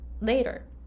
later